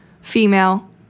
female